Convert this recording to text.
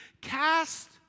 cast